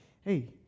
hey